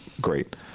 great